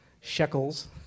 shekels